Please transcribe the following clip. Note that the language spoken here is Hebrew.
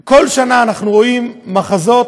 כל שנה אנחנו רואים מחזות,